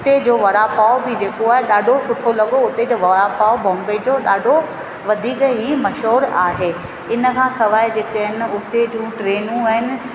उते जो वड़ा पाव बि जेको आहे ॾाढो सुठो लॻो उते जो वड़ा पाव बॉम्बे जो ॾाढो वधीक ही मशहूरु आहे इन खां सवाइ जेके आहिनि उते जूं ट्रेनूं आहिनि